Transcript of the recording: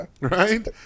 right